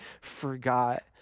forgot